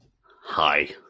Hi